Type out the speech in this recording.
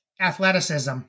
athleticism